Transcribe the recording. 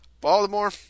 Baltimore